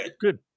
Good